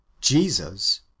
Jesus